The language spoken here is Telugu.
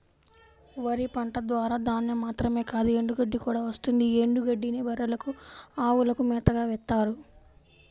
వరి పంట ద్వారా ధాన్యం మాత్రమే కాదు ఎండుగడ్డి కూడా వస్తుంది యీ ఎండుగడ్డినే బర్రెలకు, అవులకు మేతగా వేత్తారు